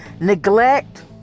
neglect